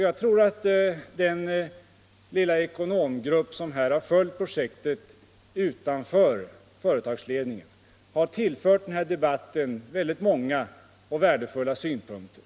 Jag tror att den lilla ekonomgrupp utanför företagsledningen som har följt projektet har tillfört debatten många och värdefulla synpunkter.